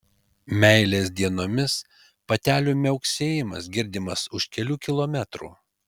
meilės dienomis patelių miauksėjimas girdimas už kelių kilometrų